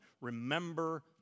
remember